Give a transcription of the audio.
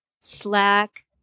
Slack